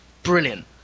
brilliant